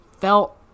felt